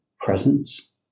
presence